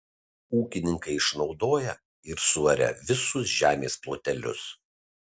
ūkininkai išnaudoja ir suaria visus žemės plotelius